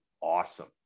awesome